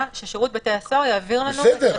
ששירות בתי הסוהר יעביר לנו --- בסדר,